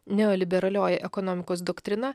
neoliberalioji ekonomikos doktrina